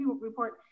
report